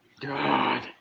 God